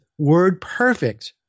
WordPerfect